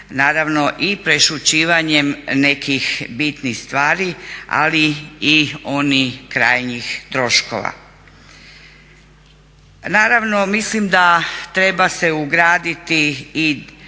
naravno i prešućivanjem nekih bitnih stvari ali i onih krajnjih troškova. Naravno mislim da treba se ugraditi i